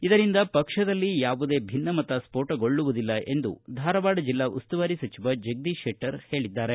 ಇದರಿಂದ ಪಕ್ಷದಲ್ಲಿ ಯಾವುದೇ ಭಿನ್ನಮತ ಸ್ಪೋಟಗೊಳ್ಳುವುದಿಲ್ಲ ಎಂದು ಧಾರವಾಡ ಜಿಲ್ಲಾ ಉಸ್ತುವಾರಿ ಸಚಿವ ಜಗದೀಶ ಶೆಟ್ಟರ್ ಹೇಳಿದ್ದಾರೆ